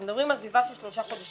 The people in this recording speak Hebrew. אנחנו מדברים על עזיבה של 3 חודשים,